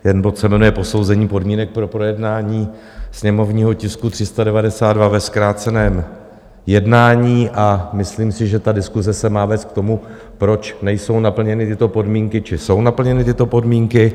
Ten bod se jmenuje Posouzení podmínek pro projednání sněmovního tisku 392 ve zkráceném jednání a myslím si, že ta diskuse se má vést k tomu, proč nejsou naplněny tyto podmínky, či jsou naplněny tyto podmínky.